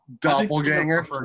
doppelganger